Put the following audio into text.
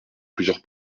plusieurs